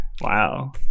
wow